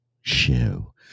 Show